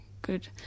good